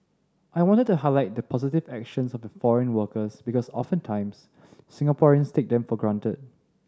I wanted to highlight the positive actions of the foreign workers because oftentimes Singaporeans take them for granted